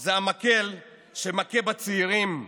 זה המקל שמכה בצעירים,